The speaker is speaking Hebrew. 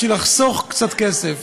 בשביל לחסוך קצת כסף.